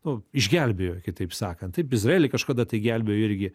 nu išgelbėjo kitaip sakant taip izraelį kažkada tai gelbėjo irgi